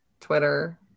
Twitter